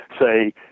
say